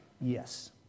Yes